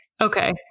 Okay